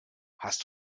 hast